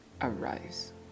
arise